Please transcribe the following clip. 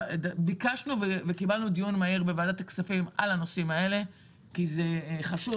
שביקשנו וקיבלנו דיון מהיר בוועדת הכספים על הנושאים האלה כי חשוב